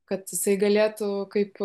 kad jisai galėtų kaip